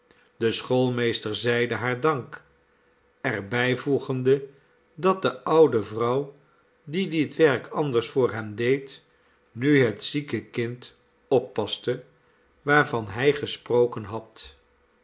de schoolmeester zeide haar dank er bijvoegende dat de oude vrouw die dit werk anders voor hem deed nu het zieke kind oppaste waarvan hij gesproken had